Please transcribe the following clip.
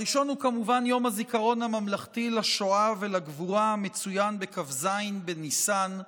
הראשון הוא כמובן יום הזיכרון הממלכתי לשואה ולגבורה המצוין בכ"ז בניסן,